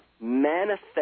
manifest